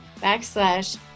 backslash